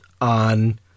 on